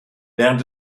während